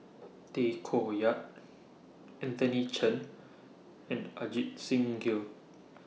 Tay Koh Yat Anthony Chen and Ajit Singh Gill